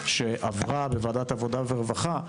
שעברה בוועדת עבודה ורווחה,